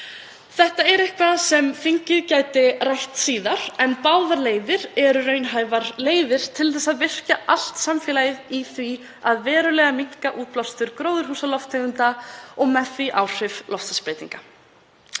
Þetta er eitthvað sem þingið gæti rætt síðar. Báðar leiðir eru raunhæfar til að virkja allt samfélagið í því að minnka verulega útblástur gróðurhúsalofttegunda og með því áhrif loftslagsbreytinga.